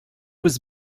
was